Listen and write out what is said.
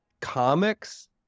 comics